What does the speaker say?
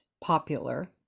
popular